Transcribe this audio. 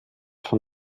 von